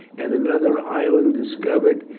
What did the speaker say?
and another island discovered,